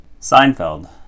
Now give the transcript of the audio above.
seinfeld